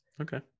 Okay